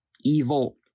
evil